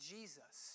Jesus